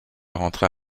rentrer